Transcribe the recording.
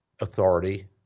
authority